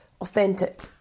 authentic